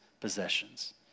possessions